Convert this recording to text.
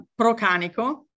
Procanico